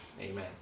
Amen